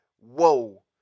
whoa